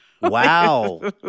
Wow